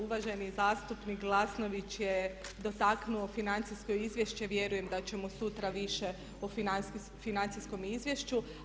Uvaženi zastupnik Glasnović je dotaknuo financijsko izvješće, vjerujem da ćemo sutra više o financijskom izvješću.